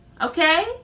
okay